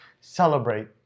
celebrate